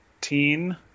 teen